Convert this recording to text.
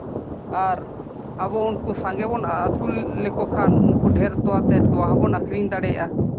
ᱟᱨ ᱟᱵᱚ ᱩᱱᱠᱩ ᱥᱟᱸᱜᱮ ᱵᱚᱱ ᱟᱹᱥᱩᱞ ᱞᱮᱠᱚ ᱠᱷᱟᱱ ᱰᱷᱮᱹᱨ ᱛᱳᱣᱟᱛᱮ ᱛᱚᱣᱟ ᱦᱚᱸ ᱵᱚᱱ ᱟᱹᱠᱷᱨᱤᱧ ᱫᱟᱲᱮᱭᱟᱜᱼᱟ